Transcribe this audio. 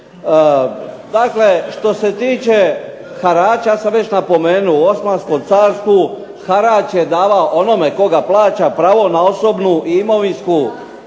što se tiče harača ja sam već napomenuo u Osmanskom carstvu harač je davao onome tko ga plaća pravo na osobnu i imovinsku